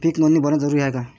पीक नोंदनी भरनं जरूरी हाये का?